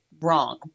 wrong